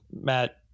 matt